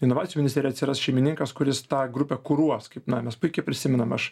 inovacinjų ministerijoje atsiras šeimininkas kuris tą grupę kuruos kaip na mes puikiai prisimename aš